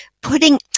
putting